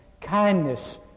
kindness